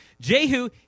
Jehu